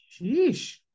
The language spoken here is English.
Sheesh